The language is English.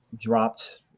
dropped